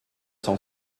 son